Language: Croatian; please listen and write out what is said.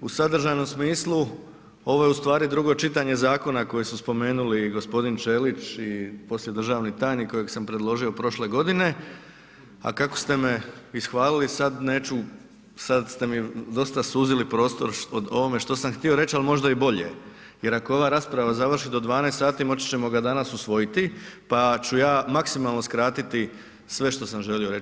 u sadržajnom smislu, ovo je ustvari drugo čitanje zakona koje su spomenuli i g. Ćelić i poslije državni tajnik kojeg sam predložio prošle godine a kako ste me ishvalili, sad ste mi dosta suzili prostor o ovome što sam htio reć ali možda i bolje jer ako ova rasprava završi do 12 sati, moći ćemo ga danas usvojiti pa ću ja maksimalno skratiti sve što sam želio reći.